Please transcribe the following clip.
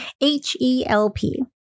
H-E-L-P